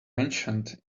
mentioned